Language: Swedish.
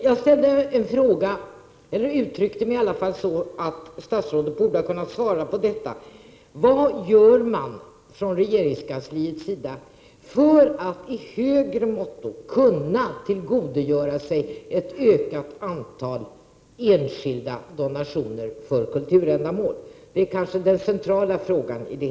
Jag menar att statsrådet borde ha kunnat svara på frågan: Vad gör man från regeringskansliets sida för att i större utsträckning tillgodogöra sig ett ökat antal enskilda donationer för kulturändamål? Det är kanske den centrala frågan.